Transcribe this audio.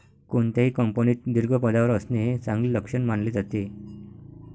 कोणत्याही कंपनीत दीर्घ पदावर असणे हे चांगले लक्षण मानले जाते